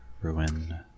ruin